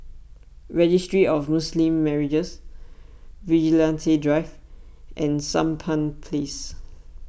Registry of Muslim Marriages Vigilante Drive and Sampan Place